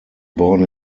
born